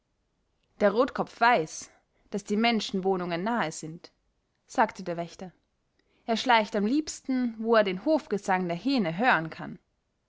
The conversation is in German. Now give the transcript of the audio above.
der rotkopf weiß daß die menschenwohnungen nahe sind sagte der wächter er schleicht am liebsten wo er den hofgesang der hähne hören kann